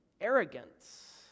arrogance